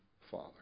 Father